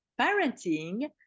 parenting